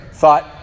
thought